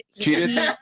cheated